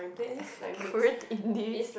Korean indie